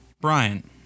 Brian